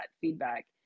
feedback